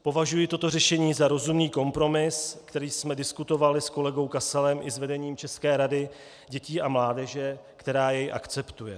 Považuji toto řešení za rozumný kompromis, který jsme diskutovali s kolegou Kasalem i s vedením České rady dětí a mládeže, která jej akceptuje.